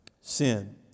sin